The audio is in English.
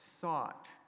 sought